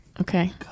Okay